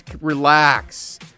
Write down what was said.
Relax